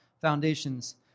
foundations